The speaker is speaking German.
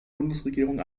bundesregierung